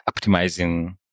optimizing